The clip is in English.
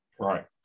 Right